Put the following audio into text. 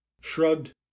shrugged